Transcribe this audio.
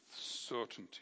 certainty